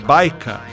Baika